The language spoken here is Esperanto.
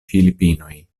filipinoj